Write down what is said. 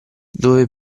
dove